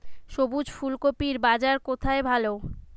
সবুজ ফুলকপির বাজার কোথায় ভালো?